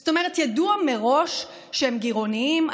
זאת אומרת, ידוע מראש שהם גירעוניים.